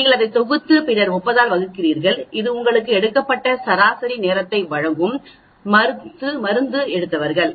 நீங்கள் அதை தொகுத்து பின்னர் 30 ஆல் வகுக்கிறீர்கள் இது உங்களுக்கு எடுக்கப்பட்ட சராசரி நேரத்தை வழங்கும் மருந்து எடுத்தவர்கள்